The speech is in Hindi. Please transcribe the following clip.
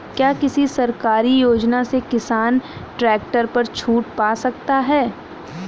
क्या किसी सरकारी योजना से किसान ट्रैक्टर पर छूट पा सकता है?